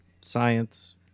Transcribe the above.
science